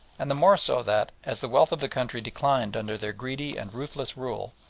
and the more so that, as the wealth of the country declined under their greedy and ruthless rule,